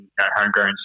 homegrown